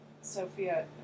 Sophia